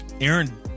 aaron